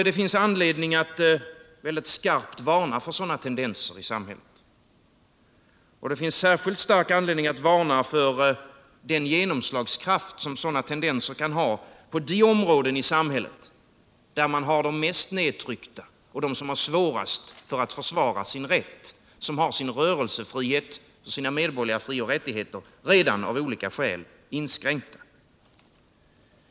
Det finns anledning att mycket skarpt varna för sådana tendenser i samhället. Det finns särskilt stark anledning att varna för den genomslagskraft som sådana tendenser kan ha på de områden i samhället där man har de mest nedtryckta och dem som har svårast att försvara sin rätt och som redan av olika skäl har sina medborgerliga frioch rättigheter inskränkta.